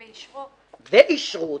ואישרו אותו,